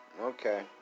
okay